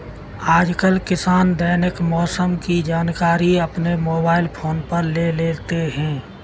आजकल किसान दैनिक मौसम की जानकारी अपने मोबाइल फोन पर ले लेते हैं